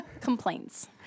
Complaints